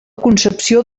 concepció